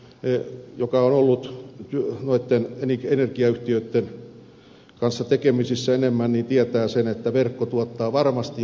jokainen joka on ollut enemmän noitten energiayhtiöitten kanssa tekemisissä tietää sen että verkko tuottaa varmasti ja parhaiten